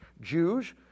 Jews